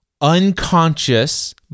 unconscious